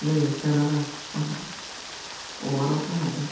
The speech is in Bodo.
नै दानाबा आंहा अमानावसो हाबदो